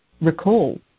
recall